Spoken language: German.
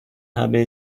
habe